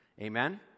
amen